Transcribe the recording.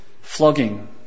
flogging